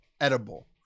edible